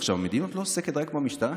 עכשיו, המדיניות לא עוסקת רק במשטרה.